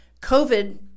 COVID